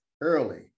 early